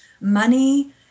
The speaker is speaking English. money